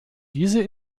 diese